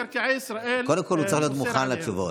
קודם כול, הוא צריך להיות מוכן לתשובות.